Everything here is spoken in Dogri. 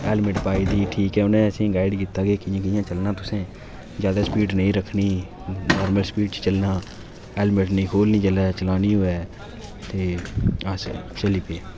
हैलमेट पाई दी ठीक ऐ असेंई गाइड कीता कि कि'यां कि'यां चलना तुसें जादा स्पीडक नेईं रक्खनी नार्मल स्पीड च चलना हैलमेट नेईं खोह्लनी जेल्लै चलानी होऐ ते अस चली पे